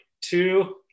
two